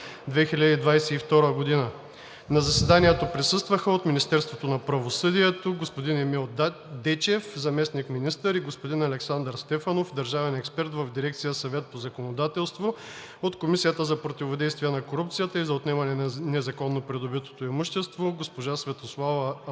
2022 г. На заседанието присъстваха: от Министерството на правосъдието господин Емил Дечев – заместник-министър, и господин Александър Стефанов – държавен експерт в дирекция „Съвет по законодателство“; от Комисията за противодействие на корупцията и за отнемане на незаконно придобитото имущество госпожа Светослава